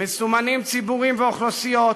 מסומנים ציבורים ואוכלוסיות,